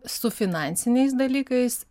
su finansiniais dalykais